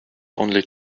only